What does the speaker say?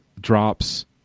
drops